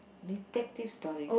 detective stories